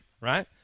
right